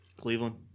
Cleveland